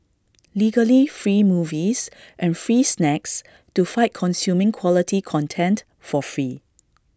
legally free movies and free snacks to fight consuming quality content for free